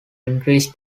increased